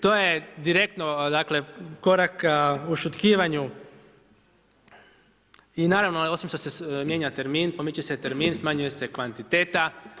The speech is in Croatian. To je direktno, dakle korak ušutkivanju i naravno osim što se mijenja termin, pomiče se termin, smanjuje se kvantiteta.